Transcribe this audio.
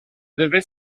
devait